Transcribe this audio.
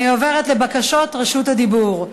אני עוברת לבקשות רשות הדיבור.